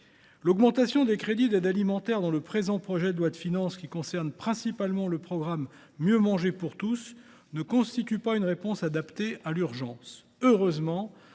L’augmentation des crédits d’aide alimentaire dans le présent projet de loi de finances, qui concerne principalement le plan « Mieux manger pour tous », ne constitue pas une réponse adaptée à l’urgence. Heureusement,